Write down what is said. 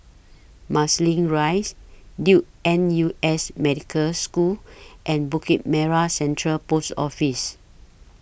Marsiling Rise Duke N U S Medical School and Bukit Merah Central Post Office